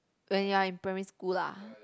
when you are in primary school lah